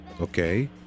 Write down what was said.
Okay